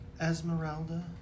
Esmeralda